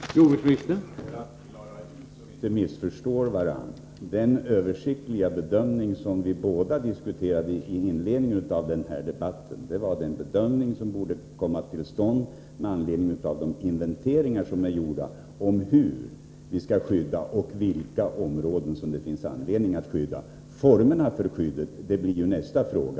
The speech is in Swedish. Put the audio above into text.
Herr talman! För att vi inte skall missförstå varandra: Den översiktliga bedömning som vi båda diskuterade i inledningen av den här debatten var den bedömning som borde komma till stånd med anledning av de inventeringar som är gjorda om hur vi skall skydda områdena, och vilka områden som det finns anledning att skydda. Formerna för skyddet blir nästa fråga.